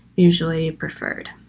usually preferred